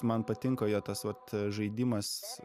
man patinka jo tas vat žaidimas